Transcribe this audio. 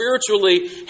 spiritually